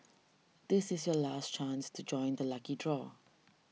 this is your last chance to join the lucky draw